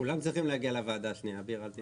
הוועדה יכולה להצביע על סעיף 111 כפי שהוקרא.